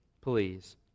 please